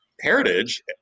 heritage